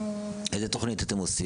איזו תוכנית אתם עושים?